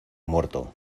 muerto